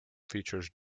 features